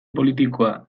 politikoa